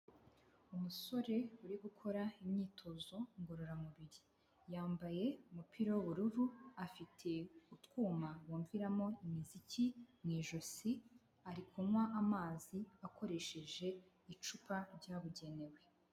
Umusore uri gukora imyitozo ngororamubiri, yambaye umupira w'ubururu afite utwuma bumviramo imiziki mu ijosi, ari kunywa amazi akoresheje icupa ryabugenewe.